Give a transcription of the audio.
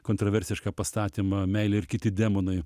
kontroversišką pastatymą meilė ir kiti demonai